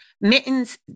mittens